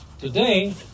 Today